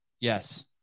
Yes